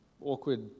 awkward